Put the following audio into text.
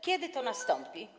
Kiedy to nastąpi?